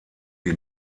die